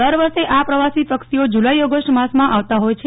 દર વર્ષે આ પ્રવાસી પક્ષીઓ જુલાઈ ઓગષ્ટ માસમાં આવતા હોય છે